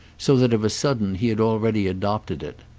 so that of a sudden he had already adopted it.